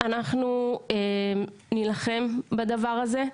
אנחנו נילחם בדבר הזה.